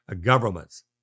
governments